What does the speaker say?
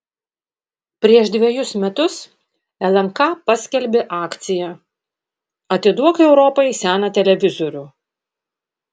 prieš dvejus metus lnk paskelbė akciją atiduok europai seną televizorių